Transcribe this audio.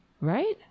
Right